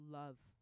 love